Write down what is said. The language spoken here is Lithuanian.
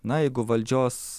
na jeigu valdžios